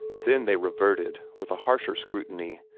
then they reverted, with a harsher scrutiny,